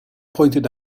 pointed